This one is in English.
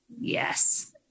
yes